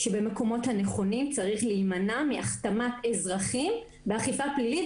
שבמקומות הנכונים צריך להימנע מהכתמת אזרחים באכיפה פלילית.